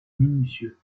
minutieux